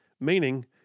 Meaning